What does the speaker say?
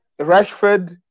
Rashford